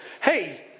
Hey